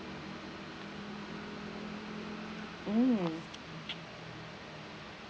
mm